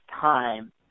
time